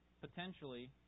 potentially